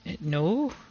No